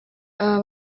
aba